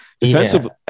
defensively